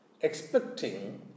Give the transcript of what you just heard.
expecting